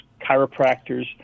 chiropractors